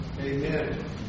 Amen